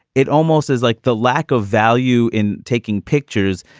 it almost is like the lack of value in taking pictures.